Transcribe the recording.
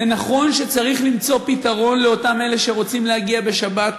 נכון שצריך למצוא פתרון לאותם אלה שרוצים להגיע בשבת,